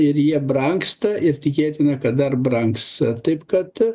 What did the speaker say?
ir jie brangsta ir tikėtina kad dar brangs taip kad